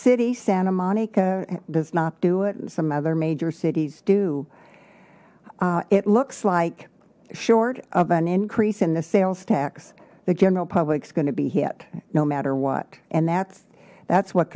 city santa monica does not do it and some other major cities do it looks like short of an increase in the sales tax the general public is going to be hit no matter what and that's that's what